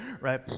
right